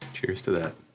cheers to that.